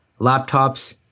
Laptops